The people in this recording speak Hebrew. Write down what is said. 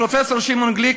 פרופסור שמעון גליק,